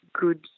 good